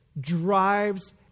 drives